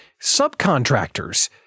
subcontractors